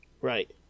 Right